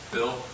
Bill